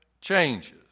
changes